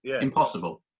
Impossible